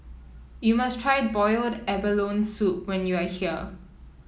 you must try Boiled Abalone Soup when you are here